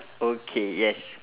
okay yes